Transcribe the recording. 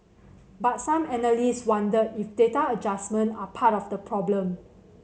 but some analyst wonder if data adjustment are part of the problem